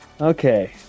Okay